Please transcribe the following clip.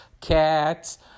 cats